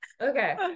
Okay